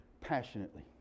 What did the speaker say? passionately